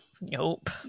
Nope